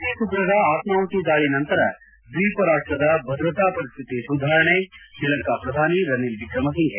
ISIS ಉಗ್ರರ ಆತ್ನಾಹುತಿ ದಾಳಿ ನಂತರ ದ್ವೀಪ ರಾಷ್ಲದ ಭದ್ರತಾ ಪರಿಸ್ತಿತಿ ಸುಧಾರಣೆ ಶ್ರೀಲಂಕಾ ಪ್ರಧಾನಿ ರನಿಲ್ ವಿಕ್ರಮ್ ಸಿಂಫೆ